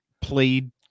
played